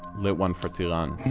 lit one for tiran too.